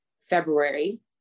February